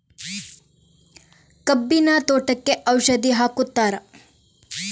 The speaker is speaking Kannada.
ಕಬ್ಬಿನ ತೋಟಕ್ಕೆ ಔಷಧಿ ಹಾಕುತ್ತಾರಾ?